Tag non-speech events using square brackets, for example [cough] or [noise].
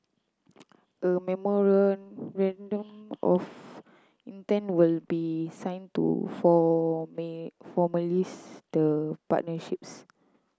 a memorandum of intent will be signed to formalise [unintelligible] the partnerships